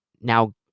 now